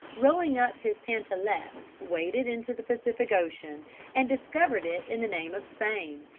rolling up his pantalettes, waded into the pacific ocean and discovered it in the name of spain.